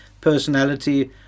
personality